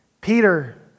Peter